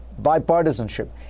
bipartisanship